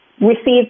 received